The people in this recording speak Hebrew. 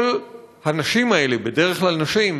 כל הנשים האלה, בדרך כלל נשים,